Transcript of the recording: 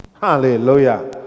Hallelujah